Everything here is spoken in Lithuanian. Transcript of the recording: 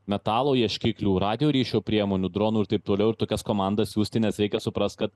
metalo ieškiklių radijo ryšio priemonių dronų ir taip toliau ir tokias komandas siųsti nes reikia suprast kad